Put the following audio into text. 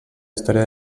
història